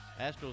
Astros